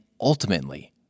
ultimately